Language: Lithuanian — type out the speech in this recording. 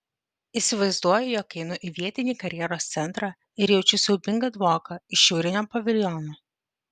įsivaizduoju jog įeinu į vietinį karjeros centrą ir jaučiu siaubingą dvoką iš šiaurinio paviljono